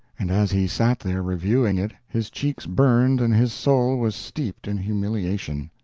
and as he sat there reviewing it his cheeks burned and his soul was steeped in humiliation.